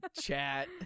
chat